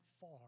far